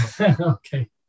Okay